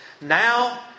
Now